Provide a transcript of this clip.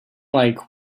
like